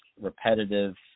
repetitive